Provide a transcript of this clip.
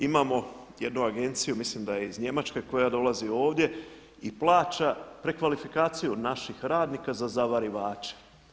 Imamo jednu agenciju, mislim da je iz Njemačke koja dolazi ovdje i plaća prekvalifikaciju naših radnika za zavarivače.